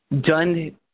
done